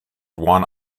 one